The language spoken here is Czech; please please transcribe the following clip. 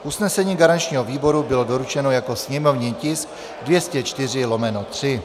Usnesení garančního výboru bylo doručeno jako sněmovní tisk 204/3.